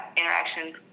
interactions